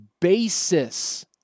basis